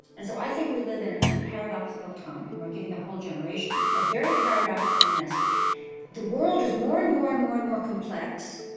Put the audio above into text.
and so i think we live in a kind of paradoxical time, in we're giving a whole generation a very paradoxical message the world is more and more and more and more complex,